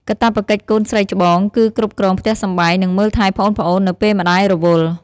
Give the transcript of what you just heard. កាតព្វកិច្ចកូនស្រីច្បងគឺគ្រប់គ្រងផ្ទះសម្បែង និងមើលថែប្អូនៗ នៅពេលម្តាយរវល់។